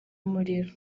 umuriro